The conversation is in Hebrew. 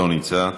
לא נמצא.